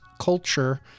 culture